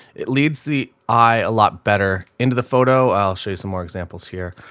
it leads the eye a lot better into the photo. i'll show you some more examples here.